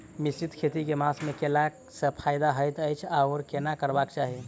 मिश्रित खेती केँ मास मे कैला सँ फायदा हएत अछि आओर केना करबाक चाहि?